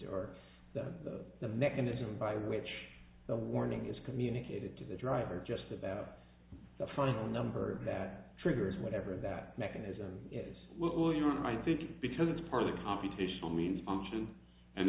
or that the mechanism by which the warning is communicated to the driver just about the final number that triggers whatever that mechanism is will you know i think because it's part of the computational means option and